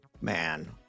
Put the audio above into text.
Man